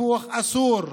הסיפוח אסור,